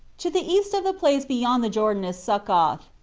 to the east of the place beyond the jordan is succoth.